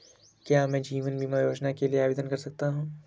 क्या मैं जीवन बीमा योजना के लिए आवेदन कर सकता हूँ?